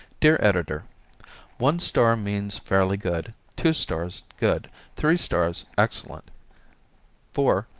dear editor one star means fairly good, two stars, good three stars, excellent four,